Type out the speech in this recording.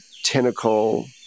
tentacle